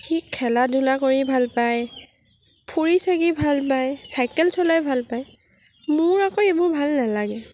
সি খেলা ধূলা কৰি ভাল পায় ফুৰি চাকি ভাল পায় চাইকেল চলাই ভাল পায় মোৰ আকৌ এইবোৰ ভাল নেলাগে